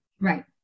Right